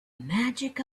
magic